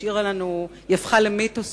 היא הפכה למיתוס,